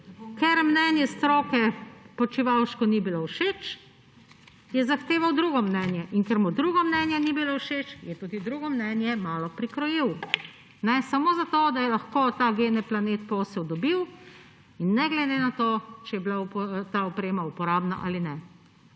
Ker mnenje stroke Počivalšku ni bilo všeč, je zahteval drugo mnenje. In ker mu drugo mnenje ni bilo všeč, je tudi drugo mnenje malo prikrojil. Samo zato, da je lahko Geneplanet posel dobil, ne glede na to, ali je bila ta oprema uporabna ali ne.